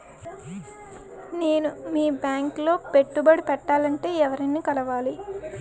నేను మీ బ్యాంక్ లో పెట్టుబడి పెట్టాలంటే ఎవరిని కలవాలి?